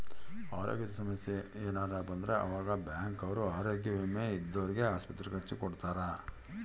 ಅರೋಗ್ಯದ ಸಮಸ್ಸೆ ಯೆನರ ಬಂದ್ರ ಆವಾಗ ಬ್ಯಾಂಕ್ ಅವ್ರು ಆರೋಗ್ಯ ವಿಮೆ ಇದ್ದೊರ್ಗೆ ಆಸ್ಪತ್ರೆ ಖರ್ಚ ಕೊಡ್ತಾರ